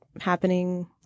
happening